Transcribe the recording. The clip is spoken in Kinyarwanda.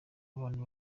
abantu